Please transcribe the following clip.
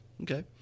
Okay